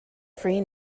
free